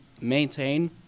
maintain